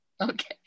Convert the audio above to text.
Okay